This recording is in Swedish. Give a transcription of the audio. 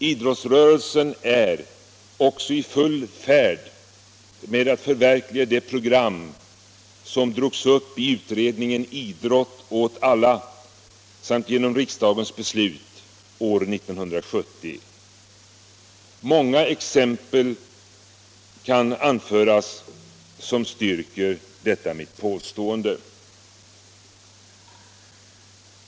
Idrottsrörelsen är också i full färd med att förverkliga det program som drogs upp i utredningsbetänkandet Idrott åt alla samt genom riksdagens beslut år 1970. Många exempel kan anföras som styrker detta mitt påstående.